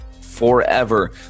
forever